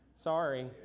sorry